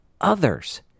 others